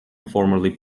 formerly